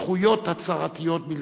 זכויות הצהרתיות בלבד.